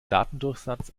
datendurchsatz